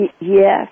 Yes